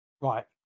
right